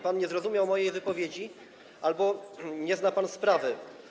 Pan nie zrozumiał mojej wypowiedzi albo nie zna pan sprawy.